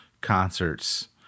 concerts